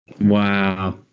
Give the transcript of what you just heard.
Wow